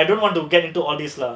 I don't want to get into all these lah